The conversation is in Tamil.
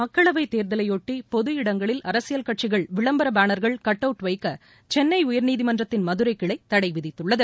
மக்களவைத் தேர்தலையொட்டி பொது இடங்களில் அரசியல் கட்சிகள் விளம்பரபேனர்கள் கட் அவுட் வைக்கசென்னைஉயர்நீதிமன்றத்தின் மதுரைகிளைதடைவிதித்துள்ளது